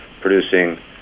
producing